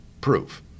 proof